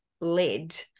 led